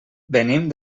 venim